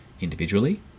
individually